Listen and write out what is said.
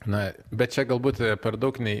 na bet čia galbūt per daug nei